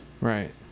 Right